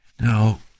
Now